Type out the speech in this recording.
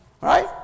Right